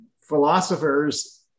philosophers